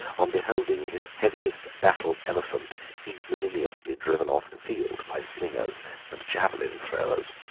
on beholding his heaviest battle-elephant ignominiously driven off the field by slingers and javelin throwers.